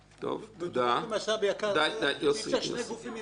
אי-אפשר ששני גופים ינהלו משאב יקר כל כך.